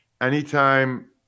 Anytime